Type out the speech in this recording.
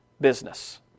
business